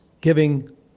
giving